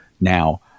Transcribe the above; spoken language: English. now